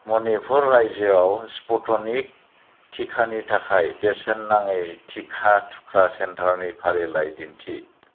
मनिपुर रायजोआव स्पुटनिक टिकानि थाखाय बेसेन नाङि टिका थुग्रा सेन्टारनि फारिलाइ दिन्थि